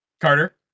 Carter